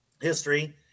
history